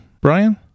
Brian